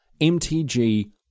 MTG